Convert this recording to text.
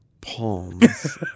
Palms